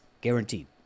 guaranteed